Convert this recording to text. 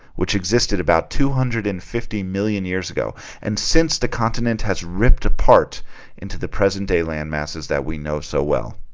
which existed about two hundred and fifty million years ago and since the continent has ripped apart into the present-day land masses that we know so well